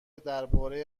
درباره